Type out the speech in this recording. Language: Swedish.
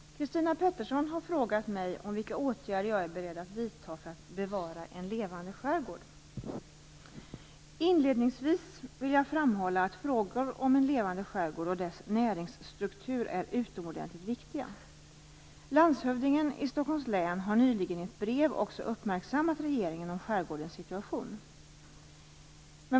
Herr talman! Christina Pettersson har frågat mig om vilka åtgärder jag är beredd att vidta för att bevara en levande skärgård. Inledningsvis vill jag framhålla att frågor om en levande skärgård och dess näringsstruktur är utomordentligt viktiga. Landshövdingen i Stockholms län har nyligen i ett brev också uppmärksammat regeringen om skärgårdens situation.